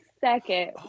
second